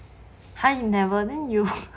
!huh! you never then you